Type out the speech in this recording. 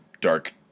dark